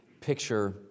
picture